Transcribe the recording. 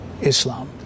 Islam